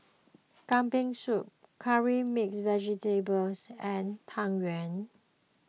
Kambing Soup Curry Mixed Vegetable and Tang Yuen